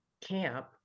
camp